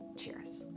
cheers.